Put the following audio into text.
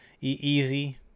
easy